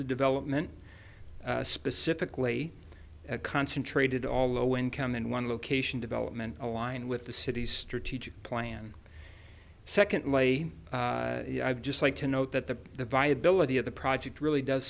the development specifically concentrated all low income in one location development aligned with the city's strategic plan secondly i'd just like to note that the the viability of the project really does